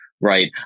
right